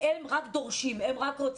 הם רק דורשים, הם רק רוצים.